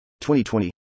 2020